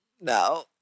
No